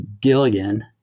Gilligan